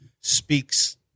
speaks